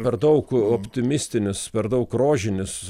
per daug optimistinis per daug rožinis